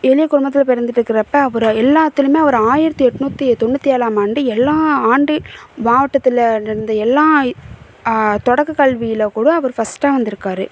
எளிய குடும்பத்தில் பிறந்திருக்குறப்போ அவர் எல்லாத்துலையுமே அவர் ஆயிரத்து எட்நூற்றி தொண்ணூற்றி ஏழாம் ஆண்டு எல்லா ஆண்டு மாவட்டத்தில் நடந்த எல்லா தொடக்கக்கல்வியில் கூட அவர் ஃபர்ஸ்ட்டா வந்துருக்கார்